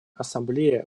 ассамблея